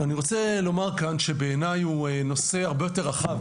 אני רוצה לומר שבעיניי זה נושא הרבה יותר רחב.